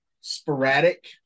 sporadic